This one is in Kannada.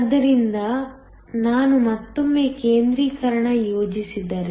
ಆದ್ದರಿಂದ ನಾನು ಮತ್ತೊಮ್ಮೆ ಕೇಂದ್ರೀಕರಣ ಯೋಜಿಸಿದರೆ